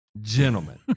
Gentlemen